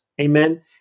Amen